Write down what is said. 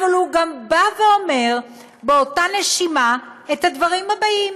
אבל הוא גם בא ואומר באותה נשימה את הדברים הבאים: